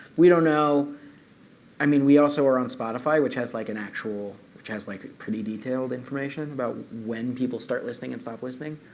we don't know i mean, we also are on spotify, which has like an actual which has like pretty detailed information about when people start listening and stop listening.